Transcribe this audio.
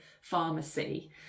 pharmacy